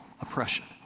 oppression